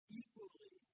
equally